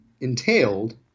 entailed